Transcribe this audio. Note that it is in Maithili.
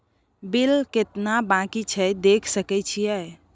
बिल केतना बाँकी छै देख सके छियै?